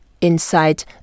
Inside